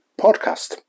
podcast